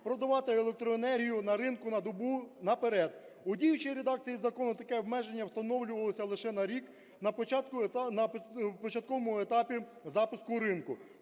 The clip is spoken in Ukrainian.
продавати електроенергію на ринку на добу наперед. У діючій редакції закону таке обмеження встановлювалося лише на рік на початковому етапі запуску ринку.